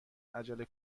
عجله